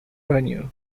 revenue